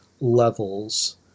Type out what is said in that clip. levels